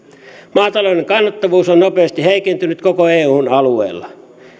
maatalouden kannattavuus on nopeasti heikentynyt koko eun alueella